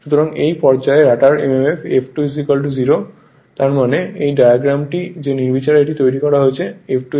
সুতরাং এই পর্যায়ে রটার mmf F2 0 তার মানে এই ডায়াগ্রামটি যে নির্বিচারে এটি তৈরি করা হয়েছে F2 0 এ